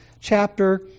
chapter